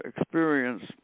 experience